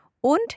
und